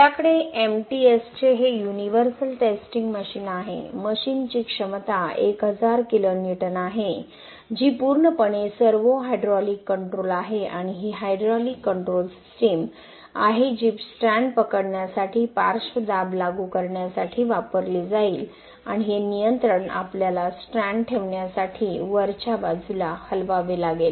आपल्याकडे एमटीएसचे हे युनिव्हर्सल टेस्टिंग मशीन आहे मशीनची क्षमता 1000 kN आहे जी पूर्णपणे सर्वो हायड्रॉलिक कंट्रोल आहे आणि ही हायड्रॉलिक कंट्रोल सिस्टम आहे जी स्ट्रँड पकडण्यासाठी पार्श्व दाब लागू करण्यासाठी वापरली जाईल आणि हे नियंत्रण आपल्याला स्ट्रँड ठेवण्यासाठी वरच्या बाजूला हलवावे लागेल